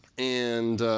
and